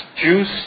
juice